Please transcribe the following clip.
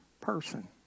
person